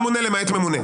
ממונה למעט ממונה.